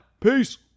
Peace